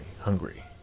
hungry